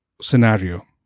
scenario